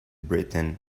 britain